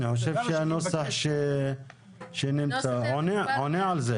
אני חושב שהנוסח שנמצא עונה על זה.